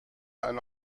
ein